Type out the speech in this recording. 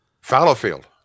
Fallowfield